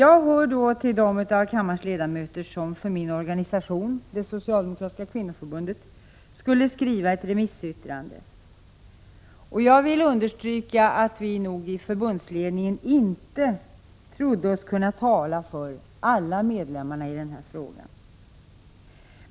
Jag hör till dem av kammarens ledamöter som för min organisation — det socialdemokratiska kvinnoförbundet — skulle skriva ett remissyttrande. Jag vill understryka att vi i förbundsledningen inte trodde oss kunna tala för alla medlemmar i denna fråga.